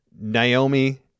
Naomi